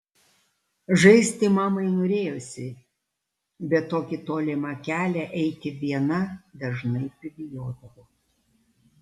žaisti mamai norėjosi bet tokį tolimą kelią eiti viena dažnai pribijodavo